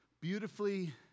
beautifully